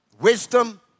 Wisdom